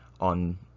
on